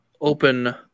open